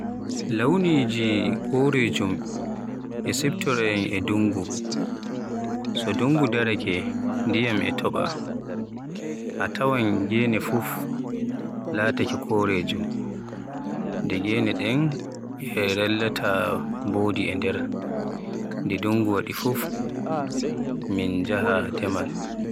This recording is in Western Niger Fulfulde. Launiji korejum e siftoroyam e dundu, so dungu daraake ndiyam e topa. A tawan gene fuf laatake korejum, ende gene ɗen a rellata mbodi e nder. Nde dungu waɗi fuf min jaha demal.